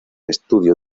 estudio